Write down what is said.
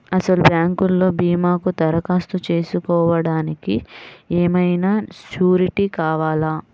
అసలు బ్యాంక్లో భీమాకు దరఖాస్తు చేసుకోవడానికి ఏమయినా సూరీటీ కావాలా?